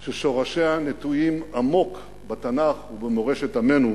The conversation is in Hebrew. ששורשיה נטועים עמוק בתנ"ך ובמורשת עמנו,